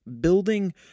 Building